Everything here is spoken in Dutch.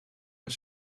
een